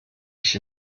ich